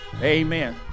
Amen